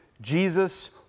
Jesus